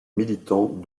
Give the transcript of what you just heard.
militants